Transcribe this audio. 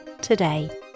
today